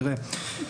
תראה,